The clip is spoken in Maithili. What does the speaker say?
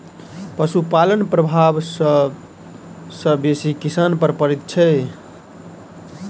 पशुपालनक प्रभाव सभ सॅ बेसी किसान पर पड़ैत छै